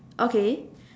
okay